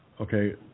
Okay